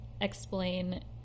explain